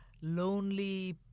lonely